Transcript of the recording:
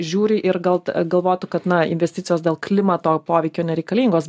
žiūri ir gal galvotų kad na investicijos dėl klimato poveikio nereikalingos